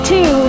Two